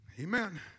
Amen